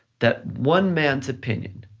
that one man's opinion,